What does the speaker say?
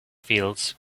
fields